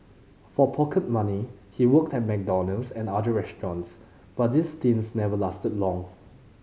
for pocket money he worked at McDonald's and other restaurants but these stints never lasted long